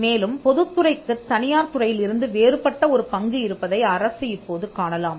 மேலும் பொதுத் துறைக்குத் தனியார் துறையில் இருந்து வேறுபட்ட ஒரு பங்கு இருப்பதை அரசு இப்போது காணலாம்